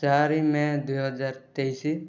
ଚାରି ମେ' ଦୁଇହଜାର ତେଇଶ